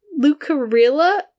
Lucarilla